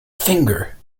finger